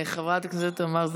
חברת הכנסת תמר זנדברג,